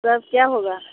तब क्या होगा